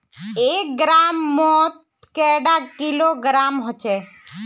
एक ग्राम मौत कैडा किलोग्राम होचे?